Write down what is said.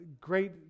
great